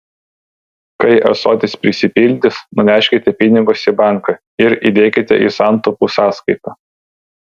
kai ąsotis prisipildys nuneškite pinigus į banką ir įdėkite į santaupų sąskaitą